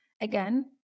again